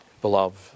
beloved